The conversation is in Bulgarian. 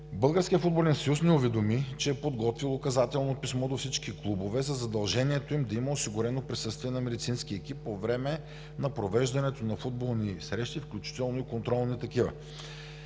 Българският футболен съюз ни уведоми, че е подготвил указателно писмо до всички клубове за задължението им да има осигурено присъствие на медицински екипи по време на провеждането на футболни срещи, включително и контролни такива.